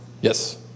Yes